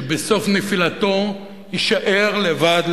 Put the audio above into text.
שבסוף נפילתו יישאר לבד,